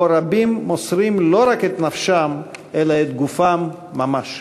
שבו רבים מוסרים לא רק את נפשם אלא את גופם ממש.